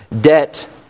debt